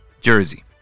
Jersey